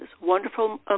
wonderful